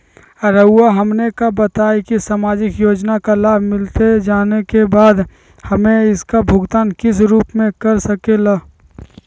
रहुआ हमने का बताएं की समाजिक योजना का लाभ मिलता जाने के बाद हमें इसका भुगतान किस रूप में कर सके ला?